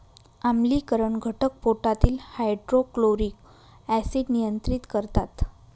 आम्लीकरण घटक पोटातील हायड्रोक्लोरिक ऍसिड नियंत्रित करतात